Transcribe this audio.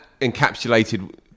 encapsulated